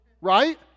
right